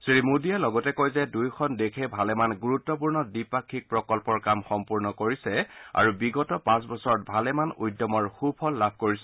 শ্ৰীমোডীয়ে লগতে কয় দুয়োখন দেশে ভালেমান গুৰুত্বপূৰ্ণ দ্বিপাক্ষিক প্ৰকল্পৰ কাম সম্পূৰ্ণ কৰিছে আৰু বিগত পাঁচ বছৰত ভালেমান উদ্যমৰ সুফল লাভ কৰিছে